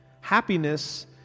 Happiness